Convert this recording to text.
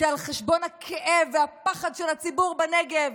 שעל חשבון הכאב והפחד של הציבור בנגב,